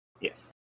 Yes